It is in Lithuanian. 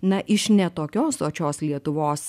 na iš ne tokios sočios lietuvos